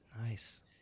Nice